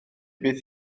bydd